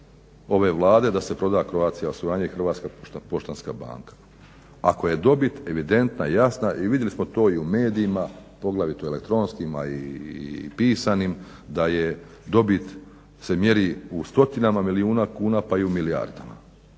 ove Vlade da se proda Croatia osiguranje i Hrvatska poštanska banka, ako je dobit evidentna, jasna i vidjeli smo to i u medijima poglavito u elektronskima i pisanim da je dobit se mjeri u stotinama milijuna kuna pa i u milijardama